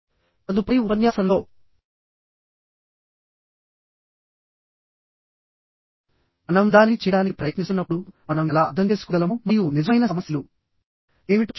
తదుపరి ఉపన్యాసంలో మనం దానిని చేయడానికి ప్రయత్నిస్తున్నప్పుడు మనం ఎలా అర్థం చేసుకోగలమో మరియు నిజమైన సమస్యలు ఏమిటో చూస్తాము